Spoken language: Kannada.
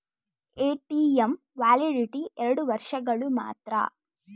ಎ.ಟಿ.ಎಂ ವ್ಯಾಲಿಡಿಟಿ ಎರಡು ವರ್ಷಗಳು ಮಾತ್ರ